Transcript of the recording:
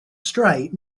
strait